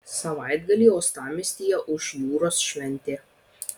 savaitgalį uostamiestyje ūš jūros šventė